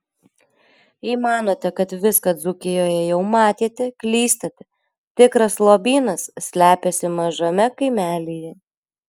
jei manote kad viską dzūkijoje jau matėte klystate tikras lobynas slepiasi mažame kaimelyje